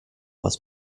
was